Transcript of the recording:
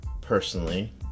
personally